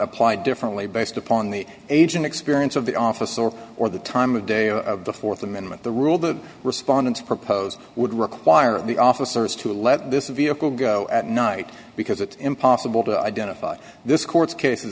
apply differently based upon the age and experience of the office or or the time of day of the th amendment the rule that respondents propose would require the officers to let this vehicle go at night because it's impossible to identify this court's cases